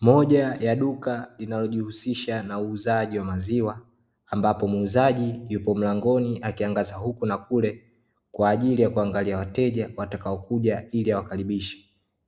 Moja ya duka linalojihusisha na uuzaji wa maziwa, ambapo muuzaji yupo mlangoni akiangaza huku na kule kwaajili ya kuangalia wateja watakao kuja ili awakaribishe.